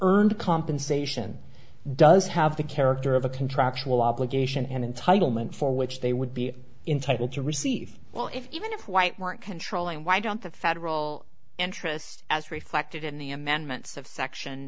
earned compensation does have the character of a contractual obligation and entitle meant for which they would be entitle to receive well if even if white weren't controlling why don't the federal interest as reflected in the amendments of section